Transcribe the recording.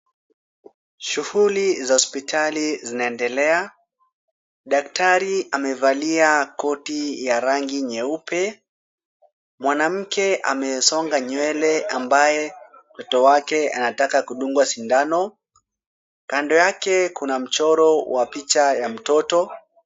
Shughuli za hospitali zinaendelea. Daktari amevalia koti ya rangi nyeupe. Mwanamke amesonga nywele ambaye mtoto wake anataka kudungwa sindano. Kando yake kuna mchoro wa picha ya mtoto.